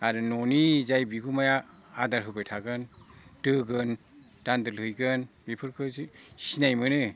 आरो न'नि जाय बिगुमाया आदार होबाय थागोन दोगोन दान्दुल हैगोन बिफोरखोसो सिनाय मोनो